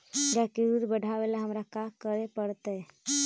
गाय के दुध बढ़ावेला हमरा का करे पड़तई?